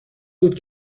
بود